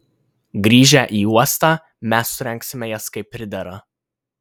grįžę į uostą mes surengsime jas kaip pridera